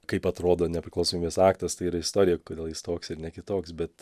kaip atrodo nepriklausomybės aktas tai yra istorija kodėl jis toks ir ne kitoks bet